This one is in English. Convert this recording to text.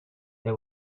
they